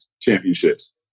championships